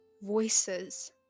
voices